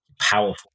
powerful